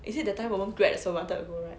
is it that time 我们 grad 的时候 wanted to go right